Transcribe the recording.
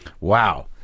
Wow